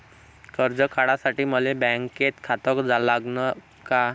कर्ज काढासाठी मले बँकेत खातं लागन का?